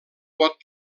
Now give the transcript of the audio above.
pot